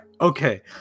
okay